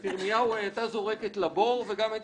את ירמיהו היא הייתה זורקת לבור וגם את